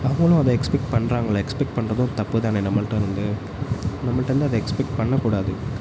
அவங்களும் அதை எக்ஸ்பெக்ட் பண்ணுறாங்களே எக்ஸ்பெக்ட்டு பண்ணுறதும் ஒரு தப்பு தானே நம்மள்கிட்டேருந்து நம்மள்ட்ட இருந்து அதை எக்ஸ்பெக்ட்டு பண்ணக்கூடாது